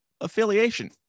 affiliation